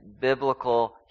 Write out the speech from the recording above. biblical